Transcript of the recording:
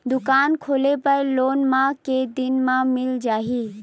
दुकान खोले बर लोन मा के दिन मा मिल जाही?